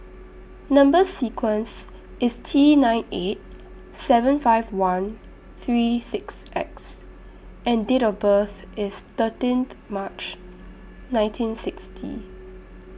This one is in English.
Number sequence IS T nine eight seven five one three six X and Date of birth IS thirteenth March nineteen sixty